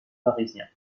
parisien